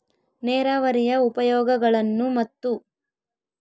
ನೇರಾವರಿಯ ಉಪಯೋಗಗಳನ್ನು ಮತ್ತು?